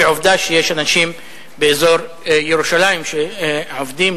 ועובדה שיש אנשים באזור ירושלים שעובדים,